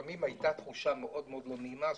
הייתה לי לפעמים תחושה מאוד מאוד לא נעימה.